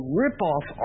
ripoff